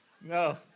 no